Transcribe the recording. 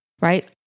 right